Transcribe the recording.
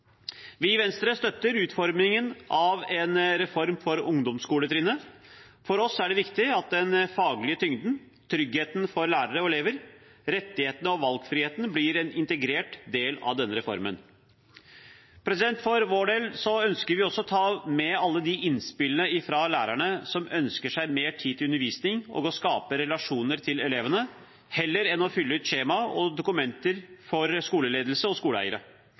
Vi i Venstre støtter utformingen av en reform for ungdomsskoletrinnet. For oss er det viktig at den faglige tyngden, tryggheten for lærere og elever, rettighetene og valgfriheten blir en integrert del av denne reformen. For vår del ønsker vi også ta med alle de innspillene fra lærerne som ønsker seg mer tid til undervisning og å skape relasjoner til elevene heller enn å fylle ut skjema og dokumenter for skoleledelse og skoleeiere.